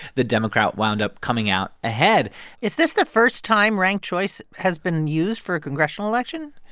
the democrat wound up coming out ahead is this the first time ranked choice has been used for a congressional election?